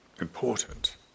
important